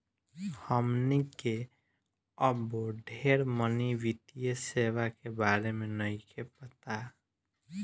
हमनी के अबो ढेर मनी वित्तीय सेवा के बारे में नइखे पता